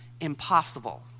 impossible